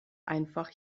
einfach